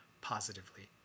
positively